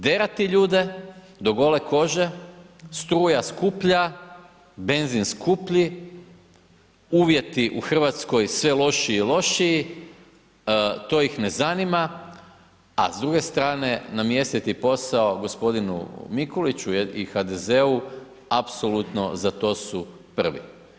Derati ljude do gole kože, struja skuplja, benzin skuplji, uvjeti u Hrvatskoj sve lošiji i lošiji, to ih ne zanima, a s druge strane, namjestiti posao g. Mikuliću i HDZ-u, apsolutno za to su prvi.